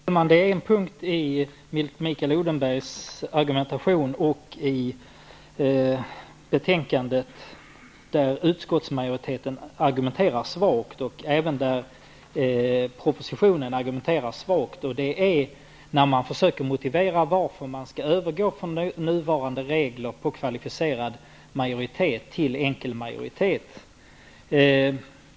Herr talman! Det är en punkt i Mikael Odenbergs argumentation, i betänkandet och även i propositionen där argumentationen är svag, och det är när man skall motivera varför man skall övergå från nuvarande regler om kvalificerad majoritet till enkel majoritet.